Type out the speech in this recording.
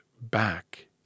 back